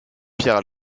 pierre